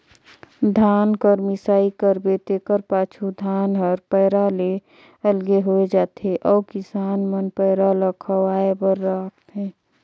धान कर मिसाई करबे तेकर पाछू धान हर पैरा ले अलगे होए जाथे अउ किसान मन पैरा ल खवाए बर राखथें